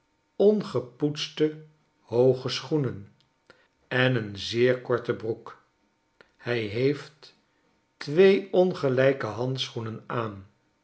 ongepoetste hooge schoenen en een zeer korte broek hij heeft twee ongelijke handschoenen aan